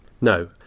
no